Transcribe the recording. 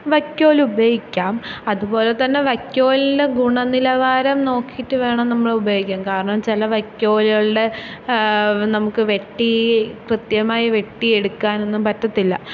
വൈക്കോൽ ഉപയോഗിക്കാം അതുപോലെത്തന്നെ വൈക്കോലിൻ്റെ ഗുണനിലവാരം നോക്കിയിട്ട് വേണം നമ്മള് ഉപയോഗിക്കാൻ കാരണം ചെല വൈക്കോലുകളില് നമുക്ക് വെട്ടി കൃത്യമായി വെട്ടിയെടുക്കാനൊന്നും പറ്റത്തില്ല